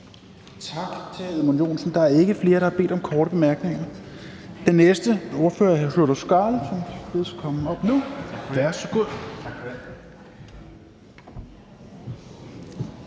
Tak til hr. Edmund Joensen. Der er ikke flere, der har bedt om korte bemærkninger. Den næste ordfører er hr. Sjúrður Skaale, som bedes komme op nu. Værsgo.